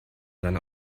seine